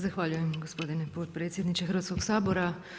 Zahvaljujem gospodine potpredsjedniče Hrvatskog sabora.